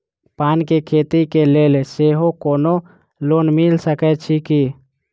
पान केँ खेती केँ लेल सेहो कोनो लोन मिल सकै छी की?